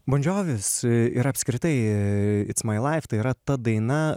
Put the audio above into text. bon džiovis ir apskritai its mai laif tai yra ta daina